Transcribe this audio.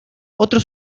otros